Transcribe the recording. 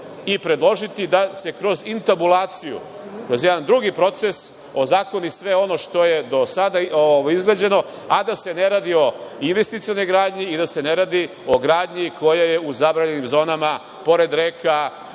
i predložiti, da se kroz intabulaciju, kroz jedan drugi proces, ozakoni sve ono što je do sada izgrađeno, a da se ne radi o investicionoj gradnji i da se ne radi o gradnji koja je u zabranjenim zonama pored reka,